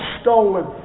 stolen